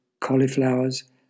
cauliflowers